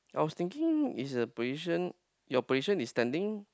I was think is the position your position is standing